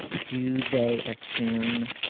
do they assume.